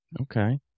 Okay